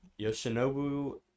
Yoshinobu